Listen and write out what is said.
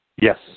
Yes